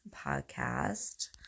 podcast